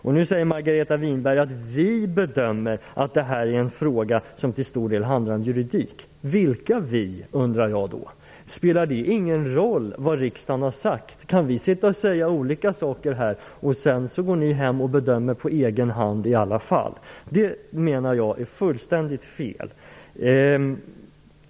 Men nu säger Margareta Winberg: Vi bedömer att detta är en fråga som till stor del handlar om juridik. Vilka vi? undrar jag då. Spelar det ingen roll vad riksdagen har sagt? Kan vi sitta och säga en sak här i kammaren, medan regeringen gör bedömningar på egen hand i alla fall? Det är fullständigt fel, menar jag.